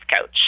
coach